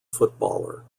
footballer